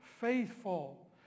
faithful